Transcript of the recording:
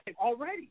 already